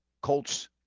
Colts